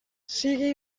sigui